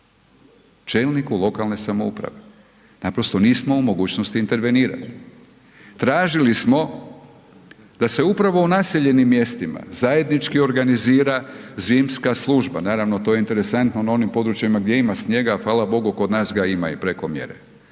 čelniku lokalne samouprave. Naprosto nismo u mogućnosti intervenirati. Tražili smo da se upravo u naseljenim mjestima zajednički organizira zimska služba, naravno to je interesantno na onim područjima gdje ima snijega, a hvala Bogu kod nas ga ima i preko mjere.